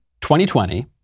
2020